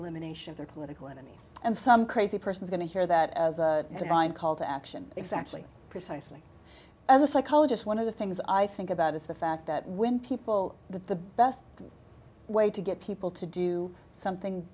elimination of their political enemies and some crazy person is going to hear that as a divine call to action exactly precisely as a psychologist one of the things i think about is the fact that when people the best way to get people to do something